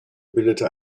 bildete